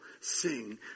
sing